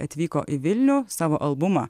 atvyko į vilnių savo albumą